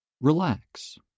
relax